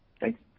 Thanks